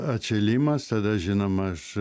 atšilimas tada žinoma aš